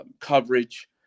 coverage